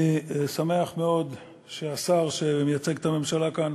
אני שמח מאוד שהשר שמייצג את הממשלה כאן